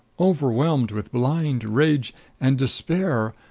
overwhelmed with blind rage and despair,